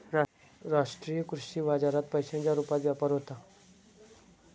राष्ट्रीय कृषी बाजारात पैशांच्या रुपात व्यापार होता